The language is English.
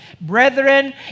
Brethren